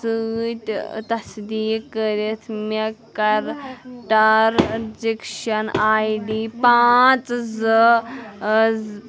سۭتۍ ٲں تصدیٖق کٔرِتھ مےٚ کَر ٹرٛازیٚکشن آے ڈی پانٛژھ زٕ ٲں